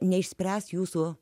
neišspręs jūsų